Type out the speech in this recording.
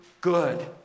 good